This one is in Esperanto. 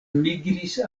migris